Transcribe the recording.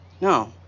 No